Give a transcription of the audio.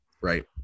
Right